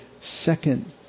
second